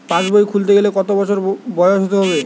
পাশবই খুলতে গেলে কত বছর বয়স হতে হবে?